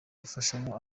gufashamo